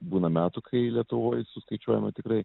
būna metų kai lietuvoj suskaičiuojama tikrai